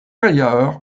ailleurs